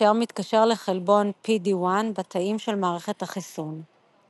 אשר מתקשר לחלבון PD-1 בתאים של מערכת החיסון.